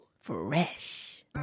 Fresh